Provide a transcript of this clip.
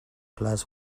glass